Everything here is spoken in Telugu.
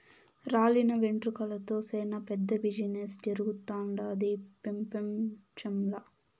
రాలిన వెంట్రుకలతో సేనా పెద్ద బిజినెస్ జరుగుతుండాది పెపంచంల